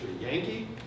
Yankee